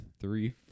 three